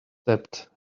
stepped